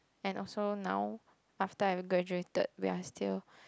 and also now after I graduated we are still